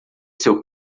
seu